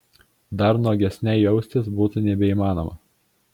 dar nuogesnei jaustis būtų nebeįmanoma